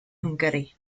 hwngari